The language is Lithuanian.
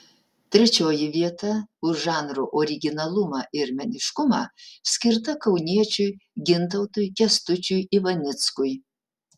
trečioji vieta už žanro originalumą ir meniškumą skirta kauniečiui gintautui kęstučiui ivanickui